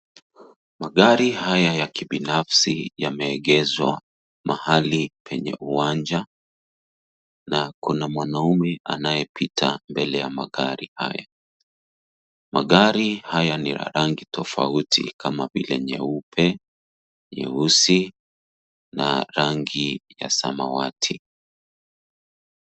Magari haya ya kibinafsi yameegeshwa mahali penye uwanja na kuna mwanaume anayepita mbele ya magari haya. Magari haya ni ya rangi tofauti kama vile nyeupe, nyeusi na rangi ya samawati.